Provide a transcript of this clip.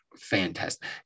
Fantastic